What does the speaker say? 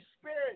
Spirit